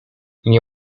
nie